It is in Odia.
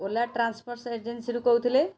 ଓଲା ଟ୍ରାନ୍ସପ୍ରୋସ ଏଜେନ୍ସିରୁ କହୁଥିଲେ